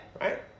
right